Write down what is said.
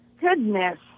goodness